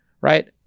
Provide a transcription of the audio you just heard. right